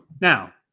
now